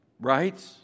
Right